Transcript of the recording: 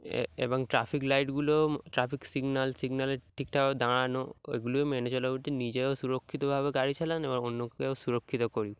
এ এবং ট্রাফিক লাইটগুলোও traffic signal সিগনালে ঠিকঠাকভাবে দাঁড়ানো ওইগুলিও মেনে চলে উঠতে নিজেও সুরক্ষিতভাবে গাড়ি চালানো এবং অন্যকেও সুরক্ষিত করি